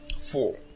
Four